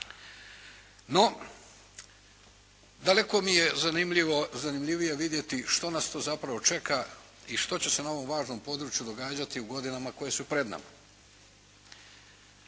No, daleko mi je zanimljivije vidjeti što nas to zapravo čeka i što će se na ovom važnom području događati u godinama koje su pred nama.